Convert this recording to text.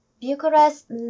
Bucharest